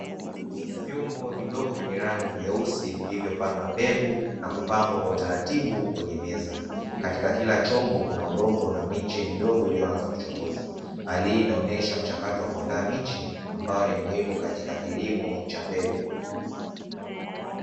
Vyombo vidogo vyenye rangi nyeusi vilivyopandwa mbegu, na kupangwa kwa utaratibu kwenye meza. Katika kila chombo kuna udongo na miche midogo iliyoanza kuchomoza. Hali hii inaonyesha mchakato wa kuandaa miche ambayo ni muhimu katika kilimo cha mbegu.